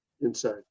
Inside